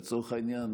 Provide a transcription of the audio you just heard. לצורך העניין,